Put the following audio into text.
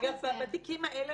בתיקים האלה